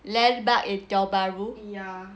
landmark in tiong bahru